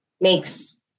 makes